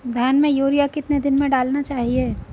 धान में यूरिया कितने दिन में डालना चाहिए?